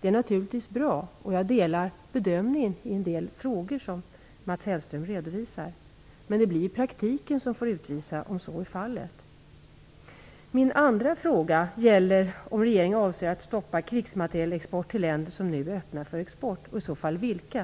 Det är naturligtvis bra. Jag gör samma bedömning i en del frågor som Mats Hellström redovisar. Men det blir praktiken som får utvisa om så är fallet. Min andra fråga gäller om regeringen avser att stoppa krigsmaterielexport till länder som nu är öppna för export. I så fall, vilka?